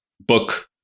book